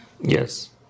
Yes